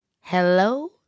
hello